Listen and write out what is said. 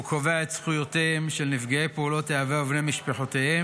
והוא קובע את זכויותיהם של נפגעי פעולות האיבה ובני משפחותיהם,